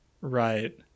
right